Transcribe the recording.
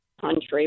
country